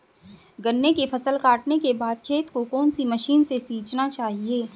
गन्ने की फसल काटने के बाद खेत को कौन सी मशीन से सींचना चाहिये?